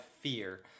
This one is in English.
fear